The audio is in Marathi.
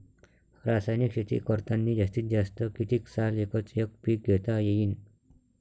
रासायनिक शेती करतांनी जास्तीत जास्त कितीक साल एकच एक पीक घेता येईन?